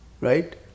Right